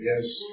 Yes